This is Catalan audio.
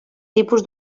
tipus